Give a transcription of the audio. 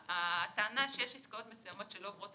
הטענה שיש עסקאות מסוימות שלא עוברות